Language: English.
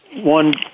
One